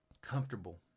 comfortable